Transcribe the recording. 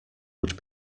would